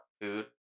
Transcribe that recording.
food